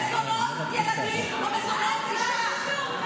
איך זה קשור למזונות ילדים או מזונות אישה?